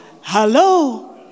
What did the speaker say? Hello